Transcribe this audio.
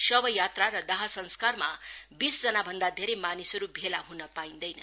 शवयात्रा र दाहसंस्कारमा बीसजना भन्दा धेरै मानिसहरू भेला ह्न पाइदैन